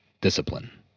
Discipline